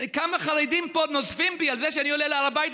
כמה חרדים פה נוזפים בי על זה שאני עולה להר הבית,